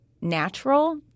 natural